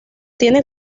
tiene